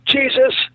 Jesus